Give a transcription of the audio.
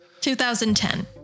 2010